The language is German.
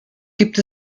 gibt